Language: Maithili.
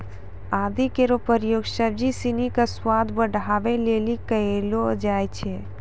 आदि केरो प्रयोग सब्जी सिनी क स्वाद बढ़ावै लेलि कयलो जाय छै